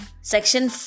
section